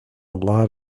lot